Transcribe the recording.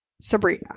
Sabrina